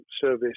service